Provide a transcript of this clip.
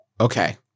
Okay